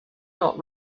not